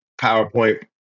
PowerPoint